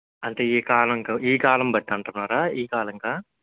అంటే ఈ కాలంకు ఈ కాలం బట్టి అంట్టున్నారా ఈ కాలానికా